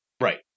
Right